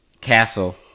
Castle